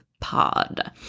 pod